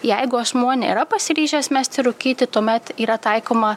jeigu asmuo nėra pasiryžęs mesti rūkyti tuomet yra taikoma